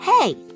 Hey